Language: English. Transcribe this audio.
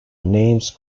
names